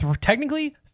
technically